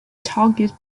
target